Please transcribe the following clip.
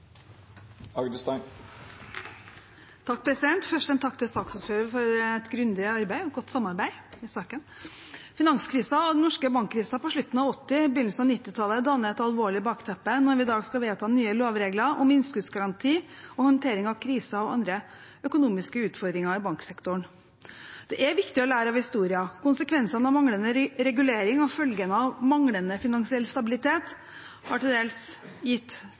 Først en takk til saksordføreren for et grundig arbeid og et godt samarbeid i saken. Finanskrisen og den norske bankkrisen på slutten av 1980-tallet og begynnelsen av 1990-tallet danner et alvorlig bakteppe når vi i dag skal vedta nye lovregler om innskuddsgaranti og håndtering av kriser og andre økonomiske utfordringer i banksektoren. Det er viktig å lære av historien – konsekvensene av manglende regulering og følgene av manglende finansiell stabilitet har til dels